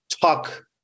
talk